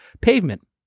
pavement